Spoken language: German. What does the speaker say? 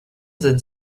sind